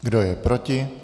Kdo je proti?